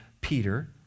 Peter